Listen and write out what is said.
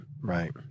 right